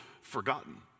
forgotten